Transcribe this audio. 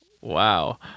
Wow